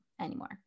anymore